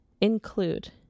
include